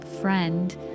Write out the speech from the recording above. friend